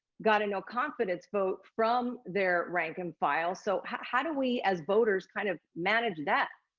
got a no confidence vote from their rank and file. so, how do we as voters, kind of manage that?